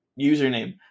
username